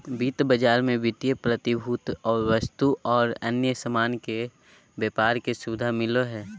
वित्त बाजार मे वित्तीय प्रतिभूति, वस्तु आर अन्य सामान के व्यापार के सुविधा मिलो हय